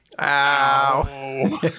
Ow